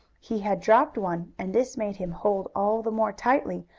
he had dropped one, and this made him hold, all the more tightly,